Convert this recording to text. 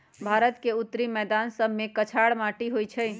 भारत के उत्तरी मैदान सभमें कछार माटि होइ छइ